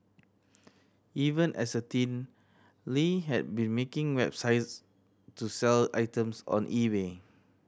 even as a teen Lie had been making websites to sell items on eBay